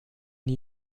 nie